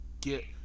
get